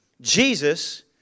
Jesus